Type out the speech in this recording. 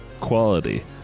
quality